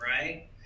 right